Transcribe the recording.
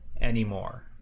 anymore